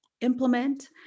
implement